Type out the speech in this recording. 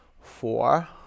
Four